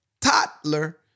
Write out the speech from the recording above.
Toddler